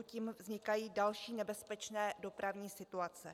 Tím vznikají další nebezpečné dopravní situace.